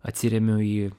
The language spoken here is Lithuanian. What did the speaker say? atsiremiu į